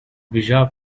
bizarre